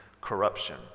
corruption